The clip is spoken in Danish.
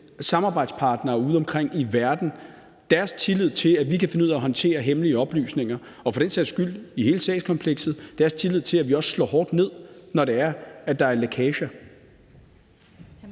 samarbejdspartnere udeomkring i verden, deres tillid til, at vi kan finde ud af at håndtere hemmelige oplysninger, og for den sags skyld i hele sagskomplekset deres tillid til, at vi også slår hårdt ned, når det er, at der er lækager.